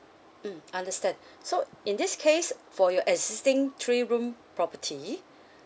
mm understand so in this case for your existing three room property